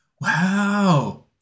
Wow